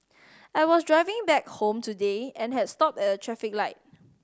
I was driving back home today and had stopped at a traffic light